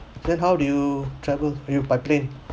then how do you travel are you by plane